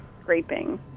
scraping